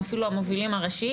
או אפילו המובילים הראשיים,